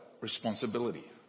responsibility